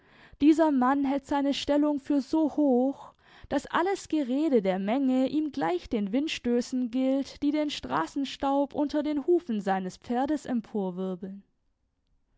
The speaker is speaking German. dieser mann hält seine stellung für so hoch daß alles gerede der menge ihm gleich den windstößen gilt die den straßenstaub unter den hufen seines pferdes